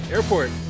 Airport